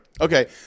Okay